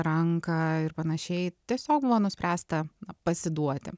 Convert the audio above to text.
ranką ir panašiai tiesiog buvo nuspręsta pasiduoti